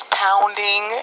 pounding